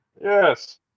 Yes